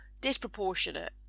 disproportionate